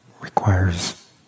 requires